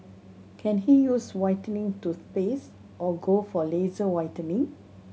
can he use whitening toothpaste or go for laser whitening